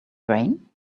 brain